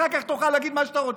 אחר כך תוכל להגיד מה שאתה רוצה.